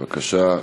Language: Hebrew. בבקשה.